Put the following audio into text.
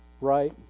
right